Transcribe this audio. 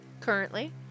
currently